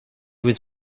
was